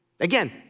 Again